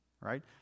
Right